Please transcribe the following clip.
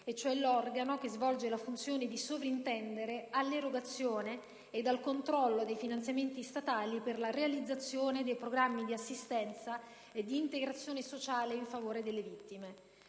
e cioè l'organo che svolge la funzione di sovrintendere all'erogazione ed al controllo dei finanziamenti statali per la realizzazione dei programmi di assistenza e di integrazione sociale in favore delle vittime.